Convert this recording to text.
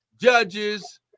judges